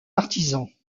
artisans